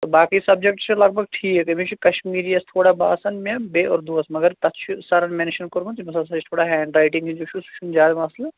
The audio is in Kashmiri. تہٕ باقٕے سَبجَکٹ چھِ لگ بگ ٹھیٖک أمِس چھُ کَشمیٖری یَس تھوڑا باسَان مےٚ بیٚیہِ اردوٗس مگر تَتھ چھُ سَرَن مینشَن کوٚرمُت تٔمِس ہَسا چھِ تھوڑا ہینٛڈ رایٹِنٛگ ہِنٛز اِشوٗ سُہ چھُنہٕ زیادٕ مَسلہٕ